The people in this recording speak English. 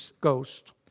Ghost